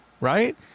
right